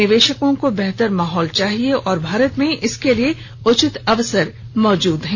निवेशकों को बेहतर माहौल चाहिए और भारत में इसके लिए उचित अवसर मौजूद हैं